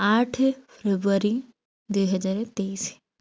ଆଠ ଫେବୃଆରୀ ଦୁଇ ହଜାର ତେଇଶି